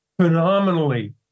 phenomenally